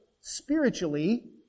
spiritually